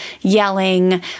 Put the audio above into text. yelling